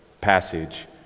passage